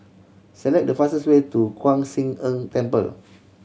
select the fastest way to Kwan Siang En Temple